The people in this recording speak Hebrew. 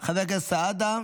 חבר הכנסת סעדה,